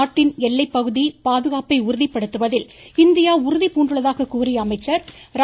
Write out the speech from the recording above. நாட்டின் எல்லைப்பகுதி பாதுகாப்பை உறுதி படுத்துவதில் இந்தியா உறுதி பூண்டுள்ளதாக கூறிய அமைச்சர் ர